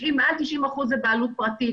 מעל 90% בבעלות פרטית.